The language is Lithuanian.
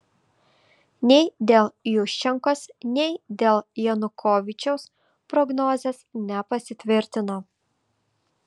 nei dėl juščenkos nei dėl janukovyčiaus prognozės nepasitvirtino